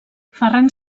ferran